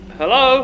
hello